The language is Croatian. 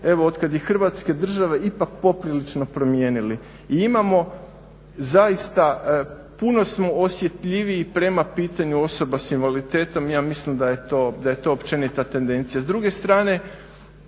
evo otkad je Hrvatske države ipak poprilično promijenili i imamo zaista, puno smo osjetljiviji prema pitanju osoba s invaliditetom. Ja mislim da je to općenita tendencija. S druge strane,